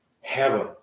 heaven